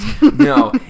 No